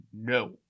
no